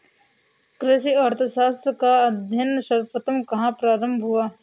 कृषि अर्थशास्त्र का अध्ययन सर्वप्रथम कहां प्रारंभ हुआ?